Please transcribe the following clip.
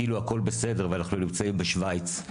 כאילו הכול בסדר ואנחנו נמצאים בשווייץ.